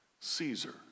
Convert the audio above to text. Caesar